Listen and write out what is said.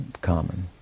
common